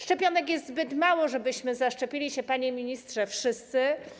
Szczepionek jest zbyt mało, żebyśmy zaszczepili się, panie ministrze, wszyscy.